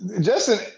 Justin